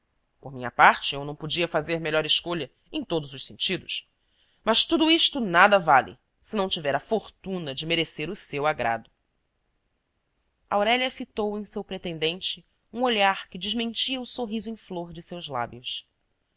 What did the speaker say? por minha parte eu não podia fazer melhor escolha em todos os sentidos mas tudo isto nada vale se não tiver a fortuna de merecer o seu agrado aurélia fitou em seu pretendente um olhar que desmentia o sorriso em flor de seus lábios